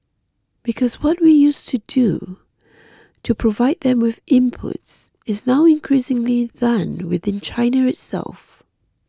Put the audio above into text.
because what we used to do to provide them with inputs is now increasingly done within China itself